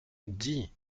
dis